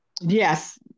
yes